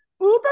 uber